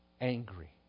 angry